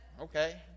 Okay